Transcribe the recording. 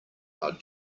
are